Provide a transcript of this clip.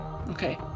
okay